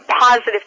positive